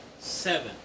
Seven